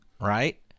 right